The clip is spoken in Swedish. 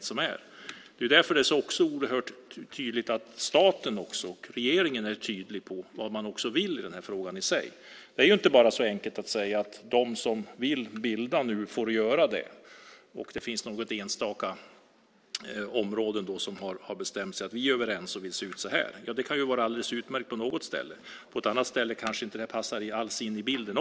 Staten och regeringen måste vara tydlig med vad man vill i frågan. Det är inte så enkelt som att säga att de som nu vill bilda får göra det. Det finns något enstaka område som har bestämt att där är man överens att det ska se ut på ett visst sätt. Det kan vara alldeles utmärkt på något ställe. På ett annat ställe kanske det inte alls passar in i bilden.